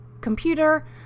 computer